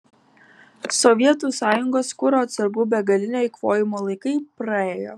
sovietų sąjungos kuro atsargų begalinio eikvojimo laikai praėjo